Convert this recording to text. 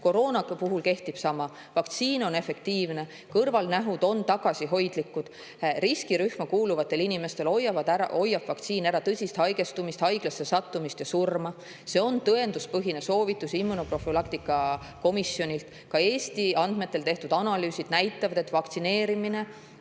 Koroona puhul kehtib sama. Vaktsiin on efektiivne, kõrvalnähud on tagasihoidlikud. Riskirühma kuuluvatel inimestel hoiab vaktsiin ära tõsist haigestumist, haiglasse sattumist ja surma. See on tõenduspõhine soovitus immunoprofülaktika komisjonilt. Ka Eesti andmetel tehtud analüüsid näitavad, et vaktsineerimine